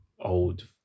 old